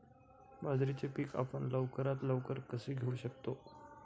बाजरीचे पीक आपण लवकरात लवकर कसे घेऊ शकतो?